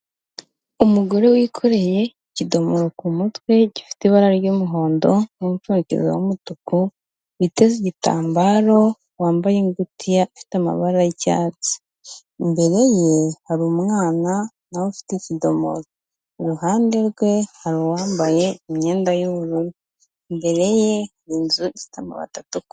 Umugore wikoreye ikidomoro ku mutwe gifite ibara ry'umuhondo n'umupfuzo w'umutuku, witeze igitambaro, wambaye ingutiya ifite amabara y'icyatsi, imbere ye hari umwana na we ufite ikidomoro, iruhande rwe hari uwambaye imyenda y'ubururu, imbere ye hari inzu zifite amabati atukura.